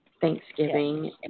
Thanksgiving